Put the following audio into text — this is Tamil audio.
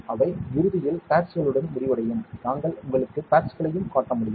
அவை இறுதியில் பேட்ஸ்களுடன் முடிவடையும் நாங்கள் உங்களுக்கு பேட்ஸ்களையும் காட்ட முடியும்